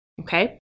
Okay